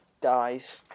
dies